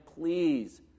please